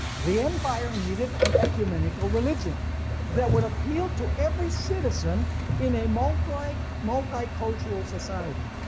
the empire needed an ecumenical religion that would appeal to every citizen in a multicultural multicultural society.